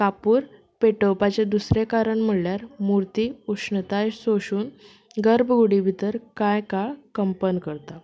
कापूर पेटोवपाचें दुसरें कारण म्हणल्यार मुर्ती उश्णताय सोशून गर्भकुडी भितर कांय काळ कंपन करता